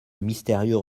mystérieux